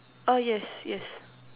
err yes yes